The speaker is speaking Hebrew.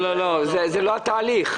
לא לא, זה לא התהליך.